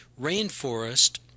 rainforest